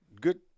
good